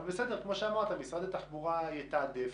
אבל בסדר, כמו שאמרת משרד התחבורה יתעדף,